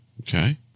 Okay